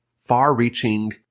far-reaching